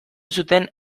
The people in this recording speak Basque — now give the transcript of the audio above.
zuten